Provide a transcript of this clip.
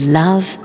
love